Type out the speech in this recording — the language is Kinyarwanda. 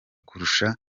kurusha